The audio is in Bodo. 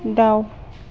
दाउ